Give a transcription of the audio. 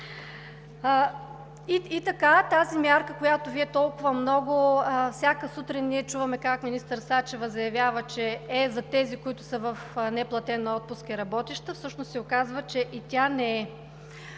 И така, тази мярка, която Вие толкова много, всяка сутрин чуваме как министър Сачева заявява, че е за тези, които са в неплатен отпуск, и е работеща, всъщност се оказва, че и тя не е.